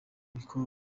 ibikorwa